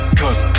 cause